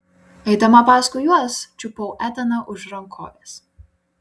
eidama paskui juos čiupau etaną už rankovės